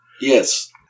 Yes